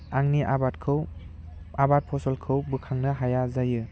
आंनि आबादखौ आबाद फसलखौ बोखांनो हाया जायो